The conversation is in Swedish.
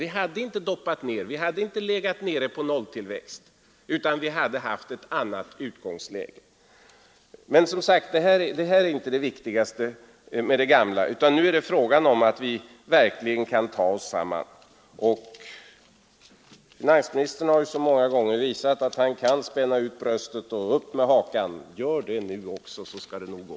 Den hade då inte doppats ned och vi hade inte legat nere vid nolltillväxt, utan vi hade haft ett annat utgångsläge. Men, som sagt, det här med det gamla är inte det viktigaste, utan nu är det fråga om att vi verkligen kan ta oss samman. Finansministern har ju så många gånger visat att han kan spänna ut bröstet och dra upp hakan. Gör det nu också, så skall det nog gå!